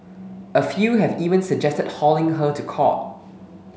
a few have even suggested hauling her to court